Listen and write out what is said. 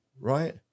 right